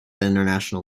international